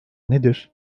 nedir